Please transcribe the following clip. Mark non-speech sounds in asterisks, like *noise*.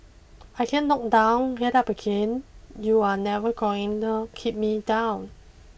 I get knocked down get up again you are never going *unintelligible* keep me down